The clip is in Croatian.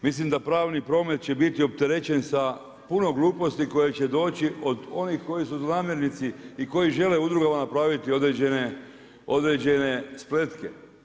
Mislim da pravni promet će biti opterećen sa puno gluposti koje će doći od onih koji su zlonamjernici i koji žele udrugama napraviti određene spletke.